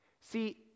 See